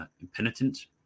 impenitent